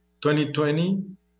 2020